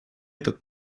этот